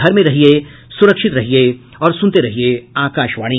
घर में रहिये सुरक्षित रहिये और सुनते रहिये आकाशवाणी